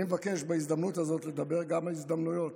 אני מבקש בהזדמנות הזאת לדבר גם על הזדמנויות,